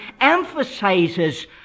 emphasizes